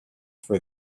for